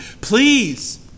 please